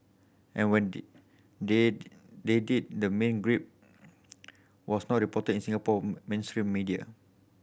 and when they they they did the main gripe was not reported in Singapore mainstream media